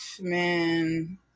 Man